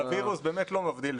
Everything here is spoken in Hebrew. הווירוס באמת לא מבדיל.